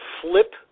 flip